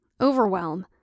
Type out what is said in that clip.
overwhelm